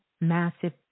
massive